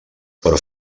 però